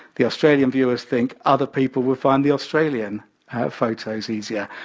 the australian viewers think other people will find the australian photos easier.